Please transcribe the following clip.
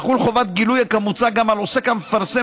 תחול חובת גילוי כמוצע גם על עוסק המפרסם